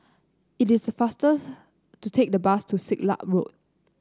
it is faster's to take the bus to Siglap Road